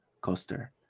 coaster